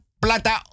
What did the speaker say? plata